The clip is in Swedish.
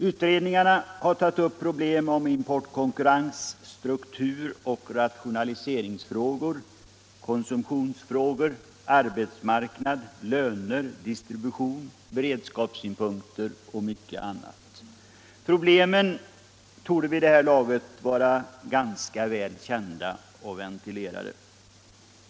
Utredningarna har tagit upp problemen om importkonkurrens, struktur och rationaliseringsfrågor, konsumtionsfrågor, arbetsmarknad, löner, distribution, beredskapssynpunkter och mycket annat. Problemen torde vid det här laget vara ganska väl kända och ventilerade.